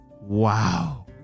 Wow